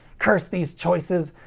curse these choices!